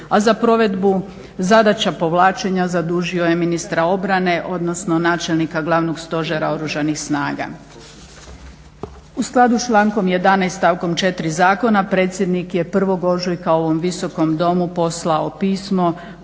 a za provedbu zadaća povlačenja zadužio je ministra obrane, odnosno načelnika Glavnog stožera Oružanih snaga. U skladu sa člankom 11. stavkom 4. zakona predsjednik je 1. ožujka ovom Visokom domu poslao pismo